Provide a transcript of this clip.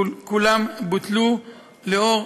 כולם בוטלו לאור